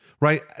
right